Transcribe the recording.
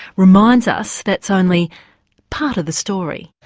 reminds us that's only part of the story.